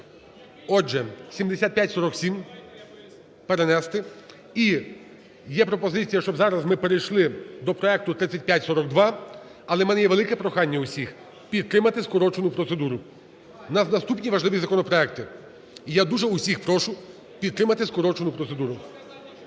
Отже, 7547 перенести. І є пропозиція, щоб зараз ми перейшли до проекту 3542. Але у мене є велике прохання до всіх підтримати скорочену процедуру. У нас наступні важливі законопроекти. І я дуже всіх прошу підтримати скорочену процедуру.